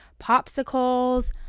popsicles